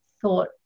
thought